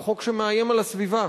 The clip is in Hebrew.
הוא חוק שמאיים על הסביבה.